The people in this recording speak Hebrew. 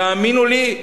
תאמינו לי,